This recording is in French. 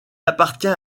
appartient